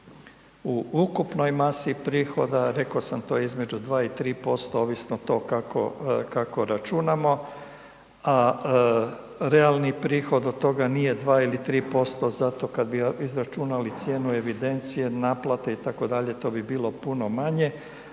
u ukupnoj masi prihoda, reko sam to između 2 i 3% ovisno to kako, kako računamo, a realni prihod od toga nije 2 ili 3% zato kad bi izračunali cijenu evidencije naplate itd., to bi bilo puno manje,